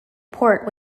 port